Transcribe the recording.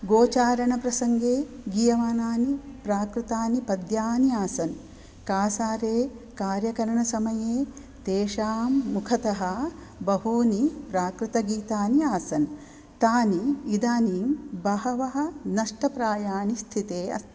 गोचारण प्रसङ्गे गीयमानानि प्राकृतानि पद्यानि आसन् कासारे कार्यकरणसमये तेषां मुखतः बहूनि प्राकृतगीतानि आसन् तानि इदानीं बहवः नष्टप्रायाणि स्थिते अस्ति